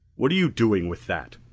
what are you doing with that?